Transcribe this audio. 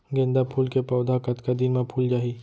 गेंदा फूल के पौधा कतका दिन मा फुल जाही?